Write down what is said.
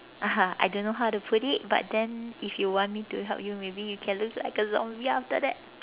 I don't know how to put it but then if you want me to help you maybe you can look like a zombie after that